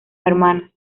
hermanos